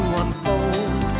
unfold